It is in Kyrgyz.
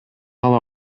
ала